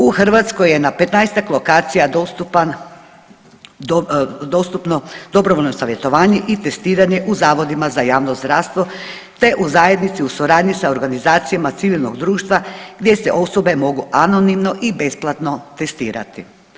U Hrvatskoj je na 15-tak lokacija dostupan, dostupno dobrovoljno savjetovanje i testiranje u zavodima za javno zdravstvo te u zajednici u suradnji sa organizacijama civilnog društva gdje se osobe mogu anonimno i besplatno testirati.